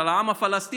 של העם הפלסטיני,